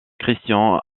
christian